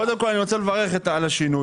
קודם כל אני רוצה לברך אותם על השינוי.